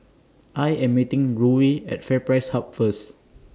I Am meeting Ruie At FairPrice Hub First